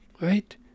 right